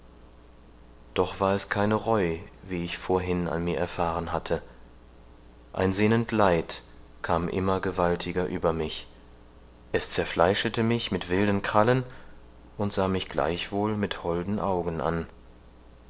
doch war es keine reu wie ich vorhin an mir erfahren hatte ein sehnend leid kam immer gewaltiger über mich es zerfleischete mich mit wilden krallen und sah mich gleichwohl mit holden augen an